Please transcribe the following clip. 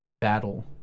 battle